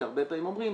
כי הרבה פעמים אומרים,